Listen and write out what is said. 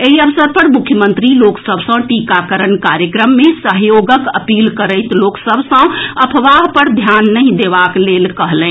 एहि अवसर पर मुख्यमंत्री लोक सभ सँ टीकाकरण कार्यक्रम मे सहयोगक अपील करैत लोक सभ सँ अफवाह पर ध्यान नहि देबाक लेल कहलनि